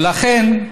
לכן,